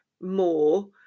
more